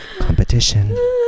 Competition